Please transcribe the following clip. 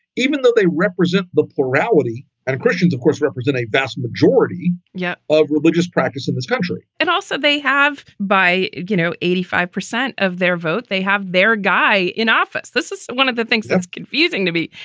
even though they represent the plurality and of christians, of course, represent a vast majority yeah of religious practice in this country and also, they have by, you know, eighty five percent of their vote. they have their guy in office. this is one of the things that's confusing to me.